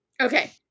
okay